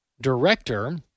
Director